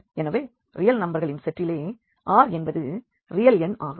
எனவே ரியல் எண்களின் செட்டிலே R என்பது ரியல் எண் ஆகும்